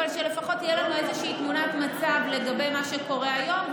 אבל לפחות שתהיה לנו איזושהי תמונת מצב לגבי מה שקורה היום,